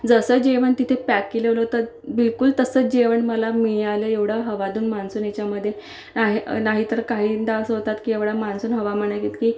जसं जेवण तिथे पॅक केलेलं होतं बिलकूल तसंच जेवण मला मिळालं एवढं हवादून मान्सून याच्यामध्ये नाही तर काहींदा असं होतात की एवढ्या मान्सून हवामानाइतकी